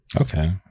okay